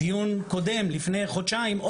דיון קודם לפני חודשיים,